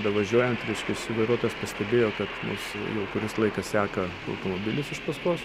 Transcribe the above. bevažiuojant reiškiasi vairuotojas pastebėjo kad mus jau kuris laikas seka automobilis iš paskos